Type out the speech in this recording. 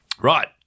Right